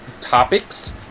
topics